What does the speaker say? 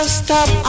stop